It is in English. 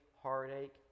heartache